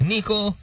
Nico